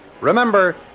Remember